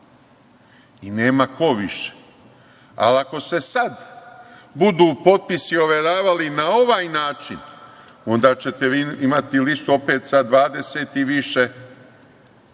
Nema ko više. Ali, ako se sad budu potpisi overavali na ovaj način, onda ćete vi imati opet listu sa 20 i više